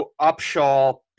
Upshaw